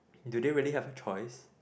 do they really have a choice